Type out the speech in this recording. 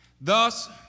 Thus